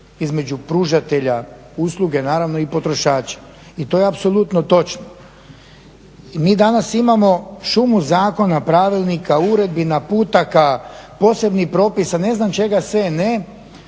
između pružatelja usluge naravno i potrošača i to je apsolutno točno i mi danas imamo šumu zakona, pravilnika, uredbi, naputaka, posebnih propisa, ne znam čega sve ne,